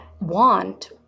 want